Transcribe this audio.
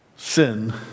Sin